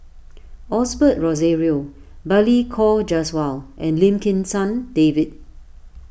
Osbert Rozario Balli Kaur Jaswal and Lim Kim San David